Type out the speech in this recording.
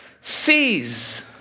sees